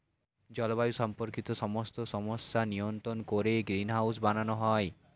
জলবায়ু সম্পর্কিত সমস্ত সমস্যা নিয়ন্ত্রণ করে গ্রিনহাউস বানানো হয়